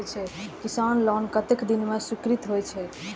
किसान लोन कतेक दिन में स्वीकृत होई छै?